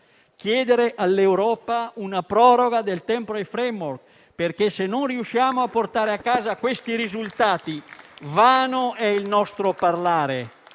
chiedere all'Europa una proroga del *temporary* *framework*. Se non riusciamo a portare a casa questi risultati, infatti, vano è il nostro parlare.